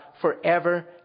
forever